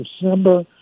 December